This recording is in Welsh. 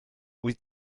wyt